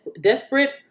desperate